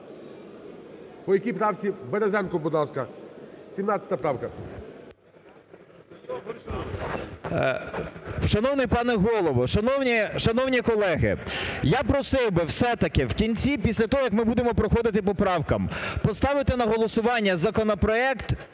По якій правці? Березенко, будь ласка. 17 правка. 10:26:57 БЕРЕЗЕНКО С.І. Шановний пане Голово! Шановні колеги! Я просив би все-таки в кінці, після того як ми будемо проходити по правкам, поставити на голосування законопроект